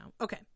okay